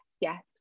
yes